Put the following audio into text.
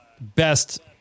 Best